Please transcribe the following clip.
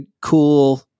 cool